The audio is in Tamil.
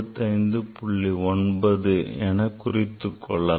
9 என குறித்துக் கொள்ளலாம்